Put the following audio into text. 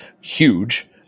huge